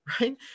Right